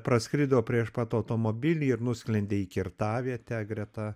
praskrido prieš pat automobilį ir nusklendė į kirtavietę greta